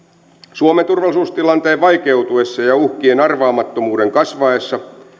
suomen turvallisuustilanteen vaikeutuessa ja uhkien arvaamattomuuden kasvaessa